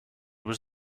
was